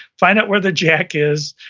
find out where the jack is,